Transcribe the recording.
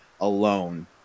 alone